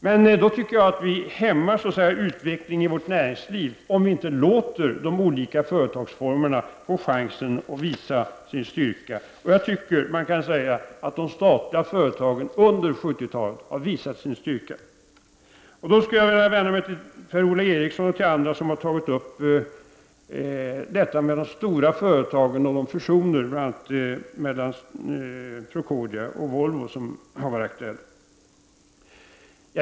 Men jag tycker att det är att hämma utvecklingen av vårt näringsliv, om vi inte låter de olika företagsformerna få chansen att visa sin styrka. Jag tycker att man kan säga att de statliga företagen under 70-talet har visat sin styrka. Så skulle jag vilja vända mig till Per-Ola Eriksson som har tagit upp frågan om de stora företagen och de fusioner som varit aktuella, bl.a. den mellan Procordia och Volvo.